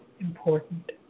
important